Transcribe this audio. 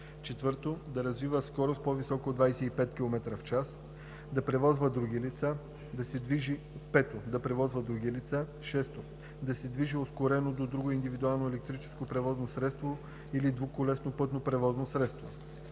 4. да развива скорост, по-висока от 25 км/ч; 5. да превозва други лица; 6. да се движи успоредно до друго индивидуално електрическо превозно средство или двуколесно пътно превозно средство;